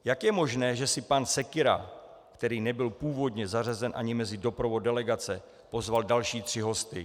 Jak je možné, že si pan Sekyra, který nebyl původně zařazen ani mezi doprovod delegace, pozval další tři hosty?